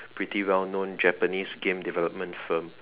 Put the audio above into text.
pretty well known Japanese game development firm